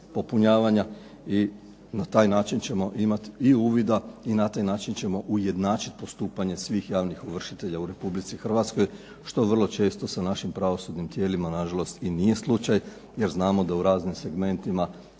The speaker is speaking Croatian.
i na taj način ćemo imati i uvida i na taj način ćemo ujednačiti postupanje svih javnih ovršitelja u Republici Hrvatskoj, što vrlo često sa našim pravosudnim tijelima na žalost i nije slučaj, jer znamo da u raznim segmentima